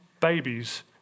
babies